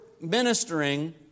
ministering